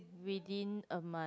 within a month